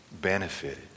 benefited